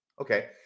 Okay